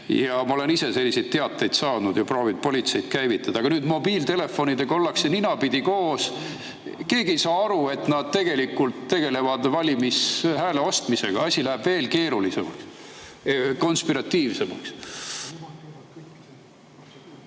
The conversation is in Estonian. Ma olen ise selliseid teateid saanud ja proovinud politseid käivitada. Aga mobiiltelefonides ollakse ninapidi koos, keegi ei saa aru, et tegeldakse valimisel häälte ostmisega. Asi läheb veel keerulisemaks, konspiratiivsemaks.